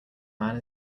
man